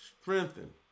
strengthen